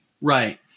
Right